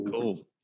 Cool